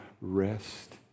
rest